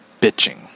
bitching